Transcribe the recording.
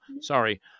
Sorry